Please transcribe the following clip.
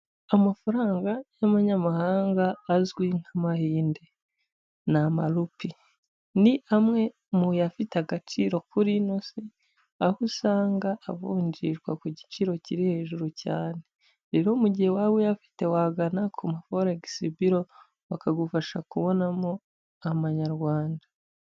Amafaranga y'amanyamahanga azwi nk'Amahinde, ni Amarupi. Ni amwe mu yafite agaciro kuri ino si, aho usanga avunjishwa ku giciro kiri hejuru cyane. Rero mu gihe waba uyafite wagana ku ma Forex biro bakagufasha kubonamo Amanyarwanda.